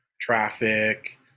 traffic